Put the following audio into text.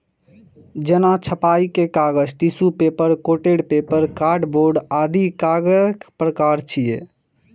जेना छपाइ के कागज, tissue paper, coated paper, cardboard आदि कागजक प्रकार छियै